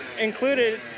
included